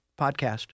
podcast